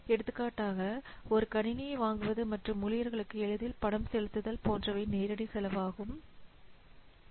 எடுத்துக்காட்டாக ஒரு கணினியை வாங்குவது மற்றும் ஊழியர்களுக்கு எளிதில் பணம் செலுத்துதல் போன்றவை நேரடி செலவு ஆகும்